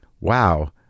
wow